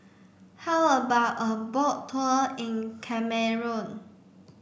how about a boat tour in Cameroon